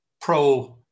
pro